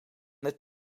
dit